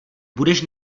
budeš